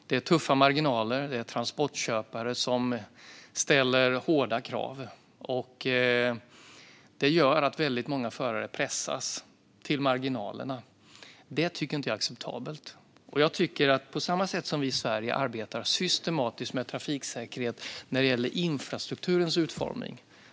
Det är tuffa marginaler, och det är transportköpare som ställer hårda krav, vilket gör att många förare pressas till marginalerna. Detta tycker inte jag är acceptabelt. I Sverige arbetar vi systematiskt med trafiksäkerhet när det gäller infrastrukturens utformning.